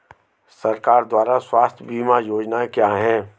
सरकार द्वारा स्वास्थ्य बीमा योजनाएं क्या हैं?